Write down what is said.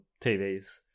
TVs